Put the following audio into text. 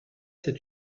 cet